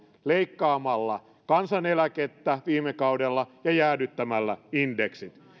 leikkaamalla kansaneläkettä viime kaudella ja jäädyttämällä indeksit